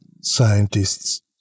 scientists